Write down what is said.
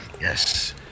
Yes